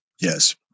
Yes